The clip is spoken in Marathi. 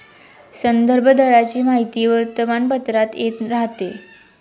संदर्भ दराची माहिती वर्तमानपत्रात येत राहते